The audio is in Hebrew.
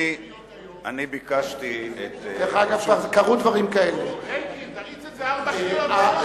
אני ביקשתי, למה לא נעשה שלוש קריאות היום?